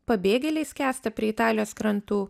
pabėgėliai skęsta prie italijos krantų